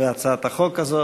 בהצעת החוק הזאת.